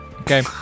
okay